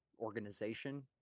organization